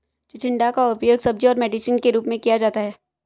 चिचिण्डा का उपयोग सब्जी और मेडिसिन के रूप में किया जाता है